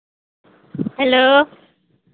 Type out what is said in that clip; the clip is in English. hello